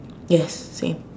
yes same